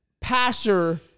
passer